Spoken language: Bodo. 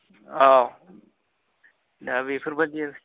औ दा बेफोरबायदि आरखि